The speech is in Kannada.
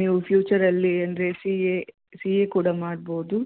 ನೀವು ಫ್ಯೂಚರಲ್ಲಿ ಅಂದರೆ ಸಿ ಎ ಸಿ ಎ ಕೂಡ ಮಾಡ್ಬೋದು